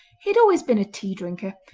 he had always been a tea-drinker,